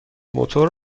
موتور